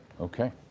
okay